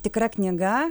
tikra knyga